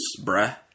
bruh